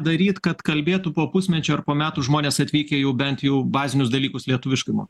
daryt kad kalbėtų po pusmečio ar po metų žmonės atvykę jau bent jau bazinius dalykus lietuviškai mokėt